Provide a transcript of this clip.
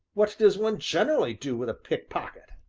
what does one generally do with a pickpocket?